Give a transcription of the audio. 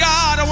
God